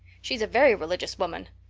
she's a very religious woman.